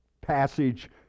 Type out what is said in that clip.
passage